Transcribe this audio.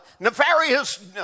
nefarious